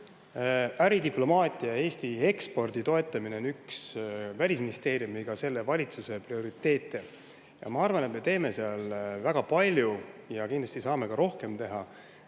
Äridiplomaatia ja Eesti ekspordi toetamine on üks Välisministeeriumi ja selle valitsuse prioriteete. Ma arvan, et me teeme seal väga palju. Kindlasti saame ka rohkem teha